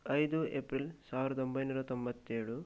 ಐದು ಏಪ್ರಿಲ್ ಸಾವಿರದ ಒಂಬೈನೂರ ತೊಂಬತ್ತೇಳು